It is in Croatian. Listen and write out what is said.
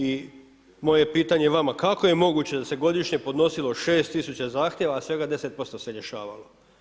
I moje pitanje vama, kako je moguće da se godišnje podnosilo 6.000 zahtjeva, a svega 10% se rješavalo?